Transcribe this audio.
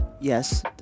Yes